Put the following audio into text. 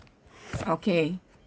okay